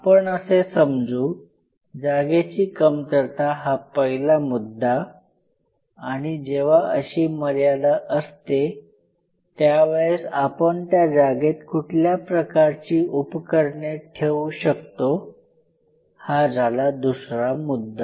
आपण असे समजू जागेची कमतरता हा पहिला मुद्दा आणि जेव्हा अशी मर्यादा असते त्यावेळेस आपण त्या जागेत कुठल्या प्रकारची उपकरणे ठेवू शकतो हा झाला दुसरा मुद्दा